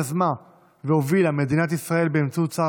יזמה והובילה מדינת ישראל באמצעות שר